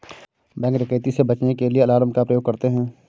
bank डकैती से बचने के लिए अलार्म का प्रयोग करते है